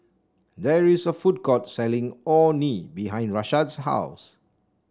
there is a food court selling Orh Nee behind Rashad's house